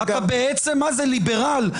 אתה בעצם ליברל,